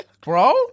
bro